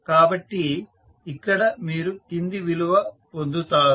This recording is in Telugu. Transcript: కాబట్టి ఇక్కడ మీరు కింది విలువ పొందుతారు